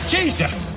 Jesus